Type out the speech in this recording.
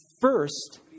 First